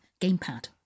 gamepad